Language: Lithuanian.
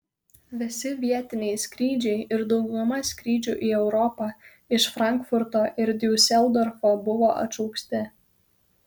visi vietiniai skrydžiai ir dauguma skrydžių į europą iš frankfurto ir diuseldorfo buvo atšaukti